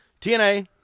TNA